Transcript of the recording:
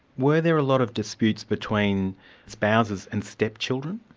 were there a lot of disputes between spouses and step-children?